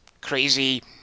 crazy